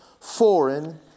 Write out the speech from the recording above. foreign